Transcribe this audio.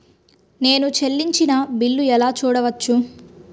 నేను చెల్లించిన బిల్లు ఎలా చూడవచ్చు?